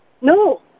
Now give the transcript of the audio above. no